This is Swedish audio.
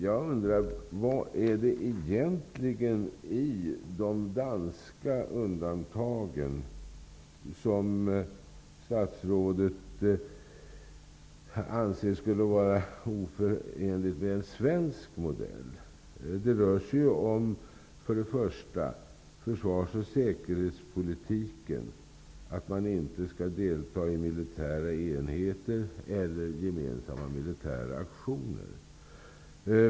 Jag undrar: Vad är det egentligen i de danska undantagen som statsrådet anser skulle vara oförenligt med en svensk modell? Det rör sig för det första om försvars och säkerhetspolitiken, att man inte skall delta i militära enheter eller gemensamma militära aktioner.